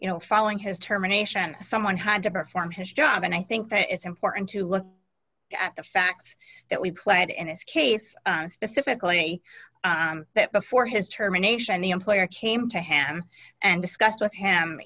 you know falling his terminations someone had to perform his job and i think that it's important to look at the facts that we played in this case specifically that before his terminations the employer came to ham and discussed with him